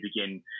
begin